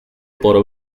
por